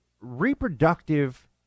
Reproductive